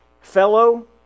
fellow